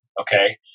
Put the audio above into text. okay